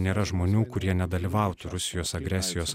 nėra žmonių kurie nedalyvautų rusijos agresijos